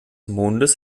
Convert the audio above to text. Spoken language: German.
mondes